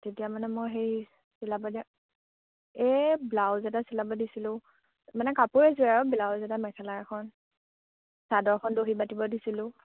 তেতিয়া মানে মই সেই চিলাব দিয়া এই ব্লাউজ এটা চিলাব দিছিলোঁ মানে কাপোৰ এযোৰ আৰু ব্লাউজ এটা মেখেলা এখন চাদৰখন দহি বাতিব দিছিলোঁ